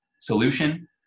solution